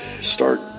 start